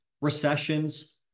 recessions